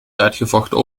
uitgevochten